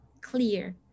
clear